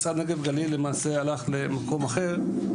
משרד נגב גליל למעשה הלך למקום אחר,